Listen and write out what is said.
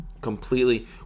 completely